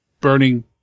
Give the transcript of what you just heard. burning